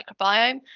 microbiome